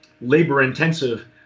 labor-intensive